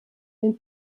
den